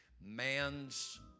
man's